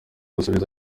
asubiza